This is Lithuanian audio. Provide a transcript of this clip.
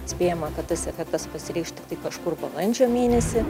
spėjama kad tas efektas pasireikš tiktai kažkur balandžio mėnesį